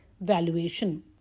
valuation